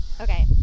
okay